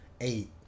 eight